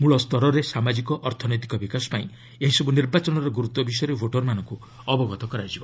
ମୂଳସ୍ତରରେ ସାମାଜିକ ଅର୍ଥନୈତିକ ବିକାଶ ପାଇଁ ଏହିସବୁ ନିର୍ବାଚନର ଗୁରୁତ୍ୱ ବିଷୟରେ ଭୋଟରମାନଙ୍କୁ ଅବଗତ କରାଯିବ